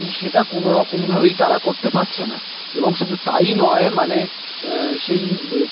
কিন্তু সেটা কোনো রকমভাবেই তারা করতে পারছে না এবং শুধু তাই নয় মানে সেই